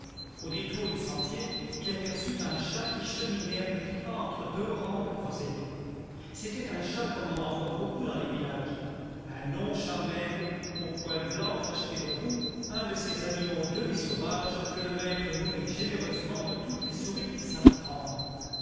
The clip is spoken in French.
au détour du sentier il aperçut un chat qui cheminait à petits pas entre deux rangs de groseilliers c'était un chat comme on en voit beaucoup dans les villages un long chat maigre au poil blanc tacheté de roux un de ces animaux demisauvages que le maître nourrit généreusement de toutes les souris qu'ils savent prendre